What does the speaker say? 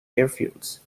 airfields